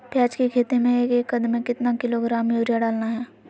प्याज की खेती में एक एकद में कितना किलोग्राम यूरिया डालना है?